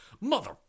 Mother